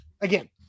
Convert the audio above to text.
again